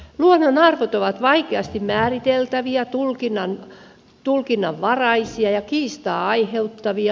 luonnonarvot ovat vaikeasti määriteltäviä tulkinnanvaraisia ja kiistaa aiheuttavia